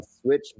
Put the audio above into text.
switch